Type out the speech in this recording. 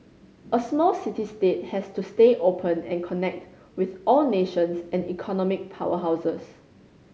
a small city state has to stay open and connect with all nations and economic powerhouses